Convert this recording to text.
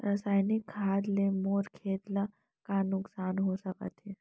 रसायनिक खाद ले मोर खेत ला का नुकसान हो सकत हे?